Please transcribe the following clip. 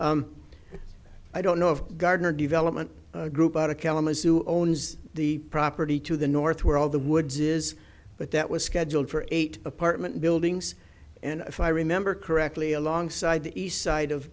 you i don't know if gardner development group out of kalamazoo owns the property to the north where all the woods is but that was scheduled for eight apartment buildings and if i remember correctly along side the east side of